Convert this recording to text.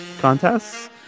contests